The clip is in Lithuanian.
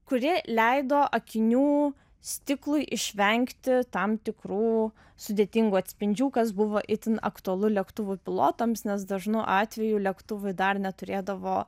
kuri leido akinių stiklui išvengti tam tikrų sudėtingų atspindžių kas buvo itin aktualu lėktuvų pilotams nes dažnu atveju lėktuvai dar neturėdavo